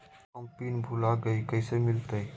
हम पिन भूला गई, कैसे मिलते?